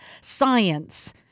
science